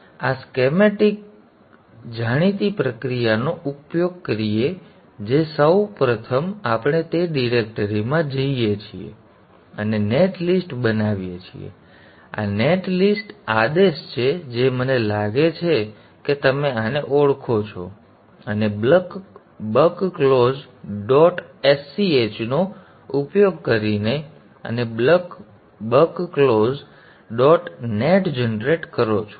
અને આ શ્કેમેટિક ચાલો આપણે આપણી જાણીતી પ્રક્રિયાનો ઉપયોગ કરીએ જે સૌ પ્રથમ આપણે તે ડિરેક્ટરી માં જઈએ છીએ અને નેટ લિસ્ટ બનાવીએ છીએ તેથી આ નેટ લિસ્ટ આદેશ છે જે મને લાગે છે કે તમે આને ઓળખો છો અને બક ક્લોઝ ડોટ sch નો ઉપયોગ કરીને અને buck close dot net generate કરો છો